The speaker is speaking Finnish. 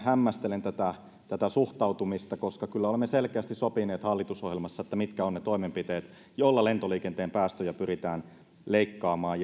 hämmästelen tätä tätä suhtautumista koska kyllä olemme selkeästi sopineet hallitusohjelmassa mitkä ovat ne toimenpiteet joilla lentoliikenteen päästöjä pyritään leikkaamaan